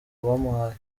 bamuhaye